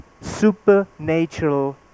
supernatural